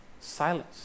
silence